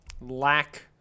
lack